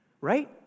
right